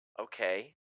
Okay